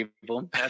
people